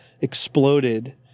exploded